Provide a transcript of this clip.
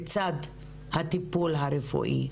בצד הטיפול הרפואי,